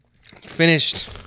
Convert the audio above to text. Finished